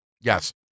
Yes